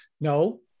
No